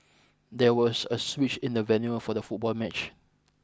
there was a switch in the venue for the football match